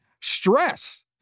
stress